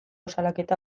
salaketa